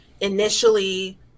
initially